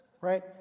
right